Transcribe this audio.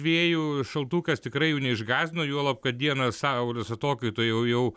dviejų šaltukas tikrai jų neišgąsdino juolab kad dieną saulės atokaitoj jau jau